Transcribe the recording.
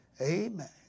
Amen